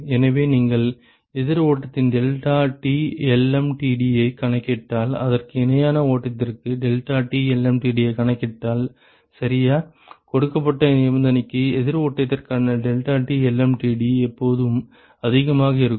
எனவே நீங்கள் எதிர் ஓட்டத்தின் deltaTlmtd ஐக் கணக்கிட்டால் அதற்கு இணையான ஓட்டத்திற்கு deltaTlmtd ஐக் கணக்கிட்டால் சரியா கொடுக்கப்பட்ட நிபந்தனைக்கு எதிர் ஓட்டத்திற்கான deltaTlmtd எப்போதும் அதிகமாக இருக்கும்